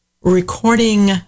recording